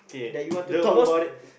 that you want to talk about it